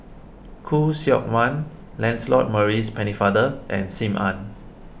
Khoo Seok Wan Lancelot Maurice Pennefather and Sim Ann